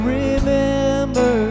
remember